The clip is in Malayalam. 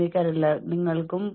എന്തിനാണ് അടിയന്തിര ശ്രദ്ധ വേണ്ടത്